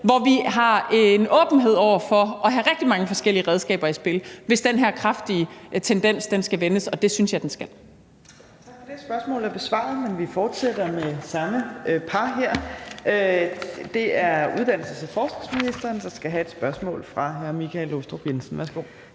hvor vi har en åbenhed over for at have rigtig mange forskellige redskaber i spil, hvis den her kraftige tendens skal vendes, og det synes jeg den skal. Kl. 15:56 Fjerde næstformand (Trine Torp): Tak for det. Spørgsmålet er besvaret. Men vi fortsætter med det samme par her. Det er uddannelses- og forskningsministeren, der skal have et spørgsmål fra hr. Michael Aastrup Jensen. Kl.